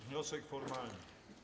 Wniosek formalny.